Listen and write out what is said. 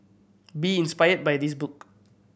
be inspired by this book